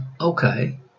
okay